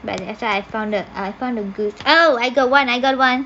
that's how I found the I found the goose oh I got one I got one